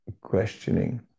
questioning